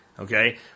Okay